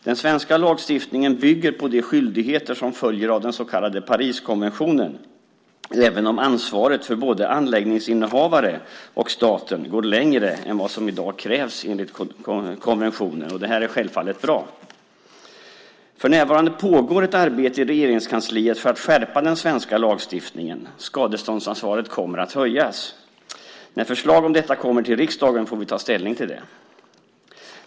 Den svenska lagstiftningen bygger på de skyldigheter som följer av den så kallade Pariskonventionen, även om ansvaret för både anläggningsinnehavare och staten går längre än vad som i dag krävs enligt konventionen. Det är självfallet bra. För närvarande pågår ett arbete i Regeringskansliet för att skärpa den svenska lagstiftningen. Skadeståndsansvaret kommer att höjas. När förslag om detta kommer till riksdagen får vi ta ställning till det.